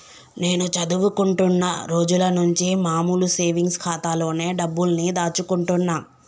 నేను చదువుకుంటున్న రోజులనుంచి మామూలు సేవింగ్స్ ఖాతాలోనే డబ్బుల్ని దాచుకుంటున్నా